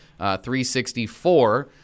364